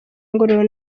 ngororero